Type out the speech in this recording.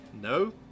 no